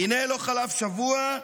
והינה, לא חלף שבוע,